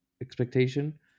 expectation